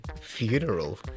funeral